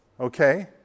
Okay